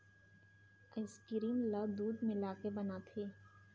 ice cream ल दूद मिलाके बनाथे